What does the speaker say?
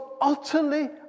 utterly